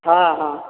ହଁ ହଁ